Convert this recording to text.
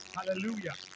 Hallelujah